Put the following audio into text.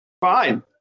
fine